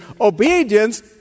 Obedience